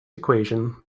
equation